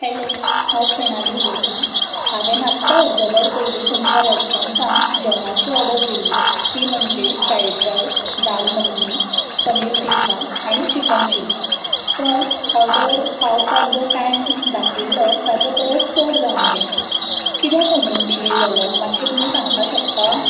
hello हांव प्रणाली उलयता हांवें आत्तां अर्द वर पयलीं तुमच्या रेस्टॉरंटान जेवणाची ऑर्डर दिल्ली ती म्हणजे फ्रायड रायस दाल मखनी पनीर टिक्का आनी चिकन चिली पण ऑर्डर पावपाक जो टायम दाखयल्लो ताच्या परस चड जावन गेलो कित्याक म्हणून डिले जालो मातशें तुमी सांगपा शकता